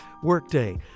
Workday